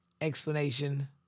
explanation